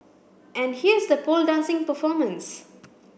and here's the pole dancing performance